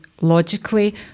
logically